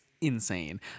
insane